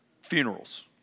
funerals